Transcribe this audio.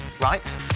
Right